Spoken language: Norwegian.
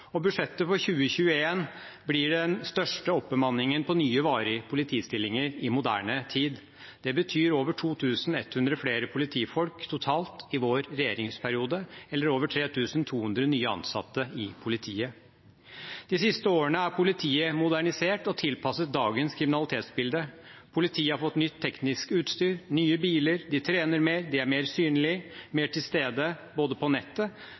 og budsjettet for 2021 blir den største oppbemanningen på nye, varige politistillinger i moderne tid. Det betyr over 2 100 flere politifolk totalt i vår regjeringsperiode, eller over 3 200 nye ansatte i politiet. De siste årene er politiet modernisert og tilpasset dagens kriminalitetsbilde. Politiet har fått nytt teknisk utstyr og nye biler. De trener mer, de er mer synlige, de er mer til stede – både på nettet